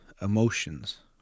emotions